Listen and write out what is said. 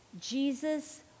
Jesus